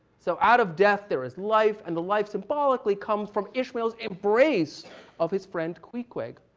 so out of death there is life, and the life, symbolically, come from ishmael's embrace of his friend, queequeg,